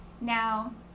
Now